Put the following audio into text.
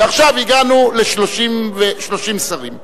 עכשיו הגענו ל-30 שרים.